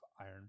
iron